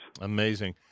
Amazing